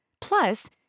Plus